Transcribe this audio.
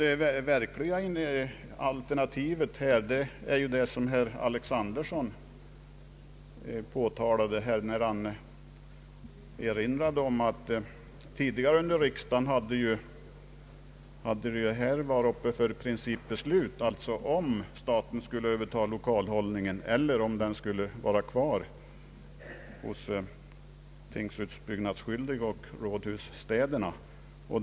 Det verkliga alternativet är ju, som herr Alexanderson framhöll när han erinrade om att vi tidigare under denna riksdagen fattat principbeslut om att staten skall överta lokalhållningen, att tingshusbyggnadsskyldige och rådhusen i städerna alltjämt skulle ha kvar lokalhållningen.